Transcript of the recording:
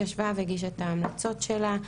שישבה והגישה את ההמלצות שלה,